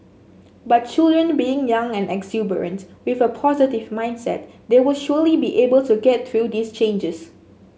but children being young and exuberant with a positive mindset they will surely be able to get through these changes